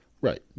Right